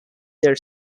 their